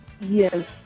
Yes